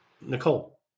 Nicole